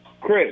Chris